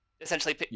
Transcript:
Essentially